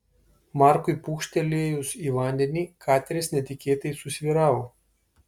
markui pūkštelėjus į vandenį kateris netikėtai susvyravo